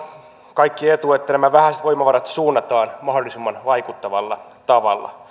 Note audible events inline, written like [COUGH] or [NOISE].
kaikkien etu että nämä vähäiset voimavarat suunnataan mahdollisimman vaikuttavalla tavalla [UNINTELLIGIBLE]